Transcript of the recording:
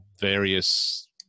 various